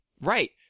right